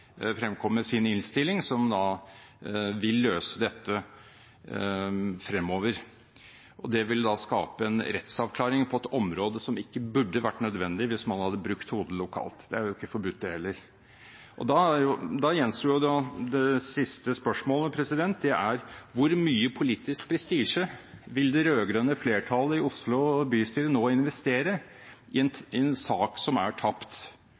sin innstilling, som vil løse dette fremover. Det vil da skape en rettsavklaring på et område som ikke burde vært nødvendig hvis man hadde brukt hodet lokalt – det er jo ikke forbudt det heller. Da gjenstår det siste spørsmålet, og det er: Hvor mye politisk prestisje vil det rød-grønne flertallet i Oslo bystyre nå investere i en sak som er tapt